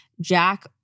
Jack